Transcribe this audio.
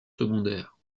secondaire